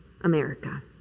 America